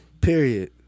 Period